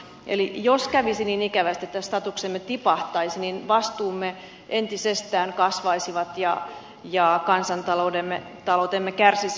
eli jos kävisi niin ikävästi että statuksemme tipahtaisi niin vastuumme entisestään kasvaisivat ja kansantaloutemme kärsisi